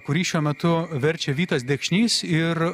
kurį šiuo metu verčia vytas dekšnys ir